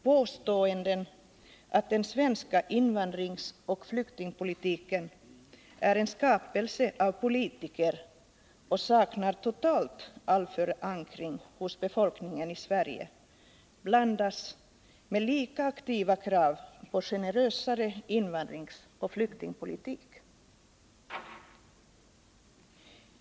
Påståenden att den svenska invandringsoch flyktingpolitiken är en skapelse av politiker och totalt saknar all förankring hos befolkningen i Sverige blandas med lika aktiva krav på generösare invandringsoch flyktingpolitik.